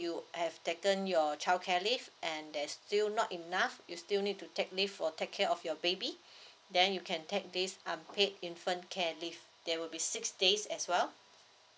you have taken your childcare leave and that's still not enough you still need to take leave for take care of your baby then you can take this unpaid infant care leave there will be six days as well